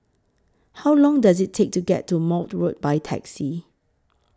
How Long Does IT Take to get to Maude Road By Taxi